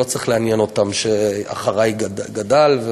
זה לא צריך לעניין אותם שאחרי כן זה גדל,